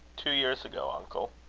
two years ago, uncle.